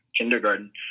kindergarten